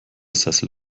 sessel